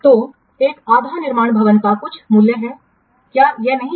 तो एक आधा निर्माण भवन का कुछ मूल्य है क्या यह नहीं है